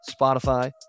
Spotify